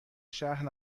شهر